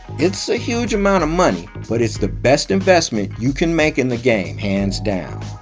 it's a huge amount of money, but it's the best investment you can make in the game, hands down.